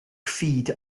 feed